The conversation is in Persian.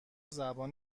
زبان